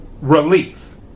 relief